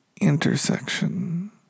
intersection